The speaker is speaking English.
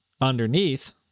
Underneath